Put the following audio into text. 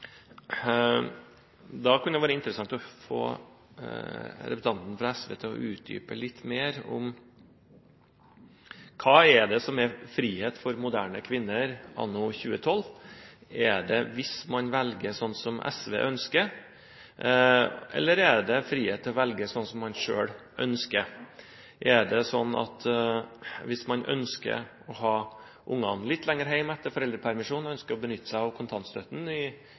Det kunne være interessant å få representanten fra SV til å utdype litt mer hva som er frihet for moderne kvinner anno 2012. Er det frihet hvis man velger sånn som SV ønsker, eller er det frihet hvis man velger sånn som man selv ønsker? Er det sånn at hvis man ønsker å ha ungene litt lenger hjemme etter foreldrepermisjonen, og ønsker å benytte seg av